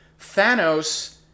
Thanos